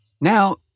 Now